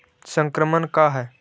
संक्रमण का है?